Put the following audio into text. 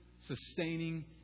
sustaining